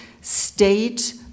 state